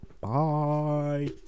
Bye